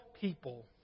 people